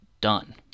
done